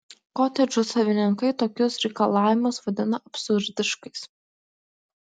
kotedžų savininkai tokius reikalavimus vadina absurdiškais